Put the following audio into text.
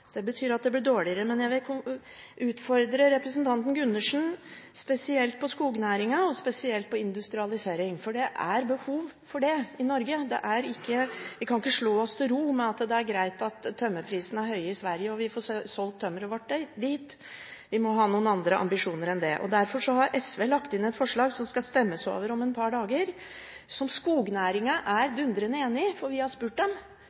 så mister vi 9 pst. av vår vekst per år, og regjeringens forslag øker forskjellene. Det betyr at det blir dårligere. Jeg vil utfordre representanten Gundersen spesielt på skognæringen og spesielt på industrialisering. For det er behov for det i Norge. Vi kan ikke slå oss til ro med at det er greit at tømmerprisene er høye i Sverige, og at vi får solgt tømmeret vårt dit. Vi må ha noen andre ambisjoner enn det. Derfor har SV lagt inn et forslag som skal stemmes over om et par dager, og som skognæringen er dundrende enig i – vi har spurt dem.